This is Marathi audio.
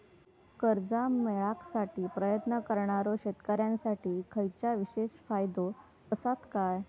कर्जा मेळाकसाठी प्रयत्न करणारो शेतकऱ्यांसाठी खयच्या विशेष फायदो असात काय?